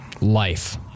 Life